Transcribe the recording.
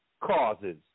causes